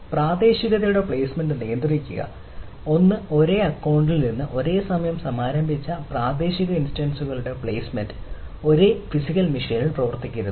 പ്രാദേശികതയുടെ placement നിയന്ത്രിക്കുക ഒന്ന് ഒരേ അക്കൌണ്ടിൽ നിന്ന് ഒരേസമയം സമാരംഭിച്ച പ്രാദേശിക ഇൻസ്റ്റൻസസ്കളുടെ പ്ലെയ്സ്മെന്റ് ഒരേ ഫിസിക്കൽ മെഷീനിൽ പ്രവർത്തിക്കരുത്